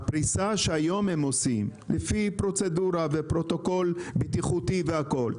הפריסה שהיום הם עושים לפי פרוצדורה ופרוטוקול בטיחותי והכול,